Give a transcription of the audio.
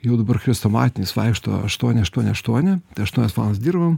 jau dabar chrestomatinis vaikšto aštuoni aštuoni aštuoni tai aštuonias valandas dirbam